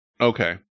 Okay